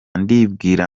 ndibwira